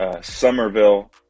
Somerville